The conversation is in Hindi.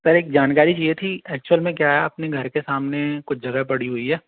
सर एक जानकारी चहिए थी एक्चुअल में क्या है अपने घर के सामने कुछ जगह पड़ी हुई है